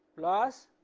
plus